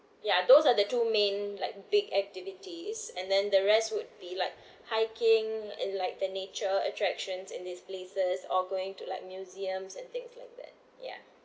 ya those are the two main like big activities and then the rest would be like hiking and like the nature attractions in these places or going to like museums and things like that ya